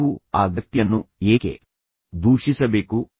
ನೀವು ಆ ವ್ಯಕ್ತಿಯನ್ನು ಏಕೆ ದೂಷಿಸಬೇಕು